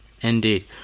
Indeed